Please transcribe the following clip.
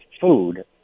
food